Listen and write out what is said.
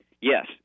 yes